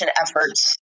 efforts